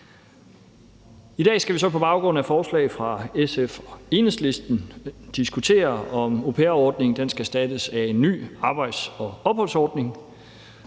I dag skal vi så på baggrund af et forslag fra SF og Enhedslisten diskutere, om au pair-ordningen skal erstattes af en ny arbejds- og opholdsordning,